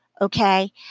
Okay